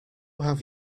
have